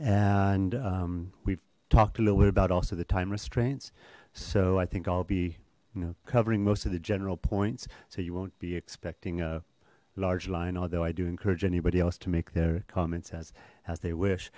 and we've talked a little bit about also the time restraints so i think i'll be you know covering most of the general points so you won't be expecting a large line although i do encourage anybody else to make their comments as as they wish